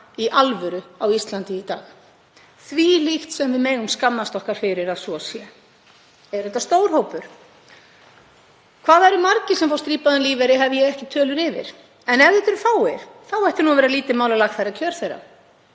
í alvöru á Íslandi í dag. Þvílíkt sem við megum skammast okkar fyrir að svo sé. Er þetta stór hópur? Hvað það eru margir sem fá strípaðan lífeyri hef ég ekki tölur yfir. Ef þetta eru fáir, þá ætti nú að vera lítið mál að lagfæra kjör þeirra.